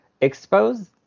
expose